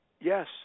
Yes